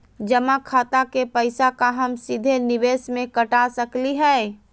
जमा खाता के पैसा का हम सीधे निवेस में कटा सकली हई?